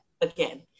again